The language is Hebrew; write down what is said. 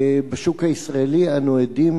אנחנו ממשיכים בסדר-היום: